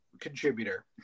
contributor